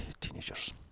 teenagers